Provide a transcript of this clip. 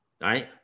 right